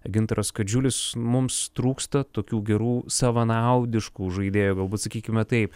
gintaras kadžiulis mums trūksta tokių gerų savanaudiškų žaidėjų galbūt sakykime taip